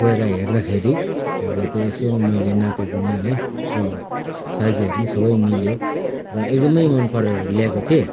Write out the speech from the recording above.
गएर हेर्दाखेरि अब त्यो यसो मैले नापेँ पनि है यसको साइजहरू पनि सबै मिल्यो र एकदमै मन परेर लिएको थिएँ